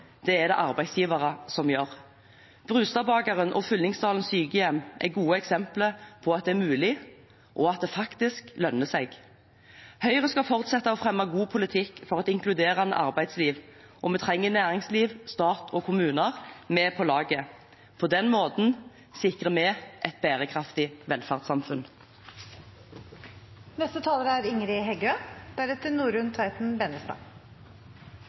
det er det arbeidsgivere som gjør. Brustadbakeren og Fyllingsdalen sykehjem er gode eksempler på at det er mulig, og at det faktisk lønner seg. Høyre skal fortsette å fremme god politikk for et inkluderende arbeidsliv, og vi trenger næringsliv, stat og kommuner med på laget. På den måten sikrer vi et bærekraftig